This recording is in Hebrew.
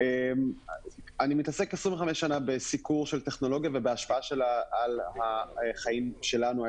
אני מתעסק 25 שנה בסיקור של טכנולוגיה ובהשפעה שלה על החיים שלנו,